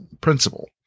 principle